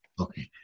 Okay